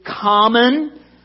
common